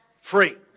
free